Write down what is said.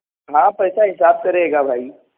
ہاں پیسہ حساب سے رہے گا بھائی